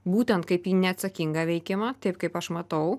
būtent kaip į neatsakingą veikimą taip kaip aš matau